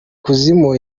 kuzimu